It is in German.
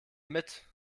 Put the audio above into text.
mit